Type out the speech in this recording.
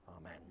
amen